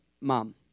mom